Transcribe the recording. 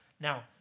Now